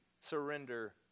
surrender